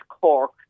Cork